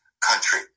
country